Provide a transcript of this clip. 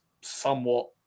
somewhat